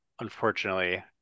unfortunately